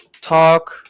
talk